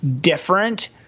different